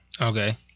Okay